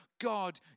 God